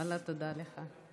ואללה, תודה לך.